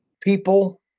people